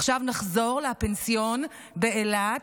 עכשיו נחזור לפנסיון באילת,